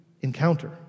encounter